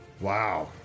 Wow